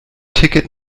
ticket